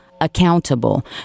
accountable